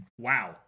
Wow